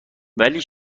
ولی